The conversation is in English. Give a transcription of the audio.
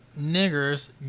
niggers